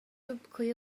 تبقي